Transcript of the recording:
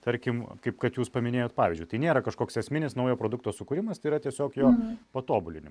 tarkim kaip kad jūs paminėjot pavyzdžiui tai nėra kažkoks esminis naujo produkto sukūrimas tai yra tiesiog jo patobulinimas